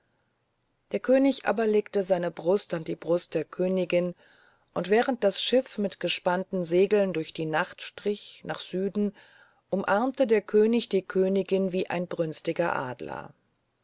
der könig aber legte seine brust an die brust der königin und während das schiff mit gespannten segeln durch die nacht strich nach süden umarmte der könig die königin wie ein brünstiger adler